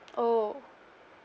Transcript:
oh